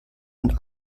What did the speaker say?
und